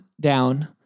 down